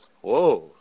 Whoa